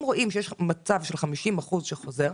אם רואים שיש מצב של 50% שחוזר,